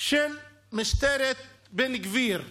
של משטרת בן גביר בנגב.